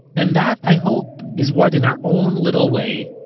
and that, i hope, is what, in our own little way,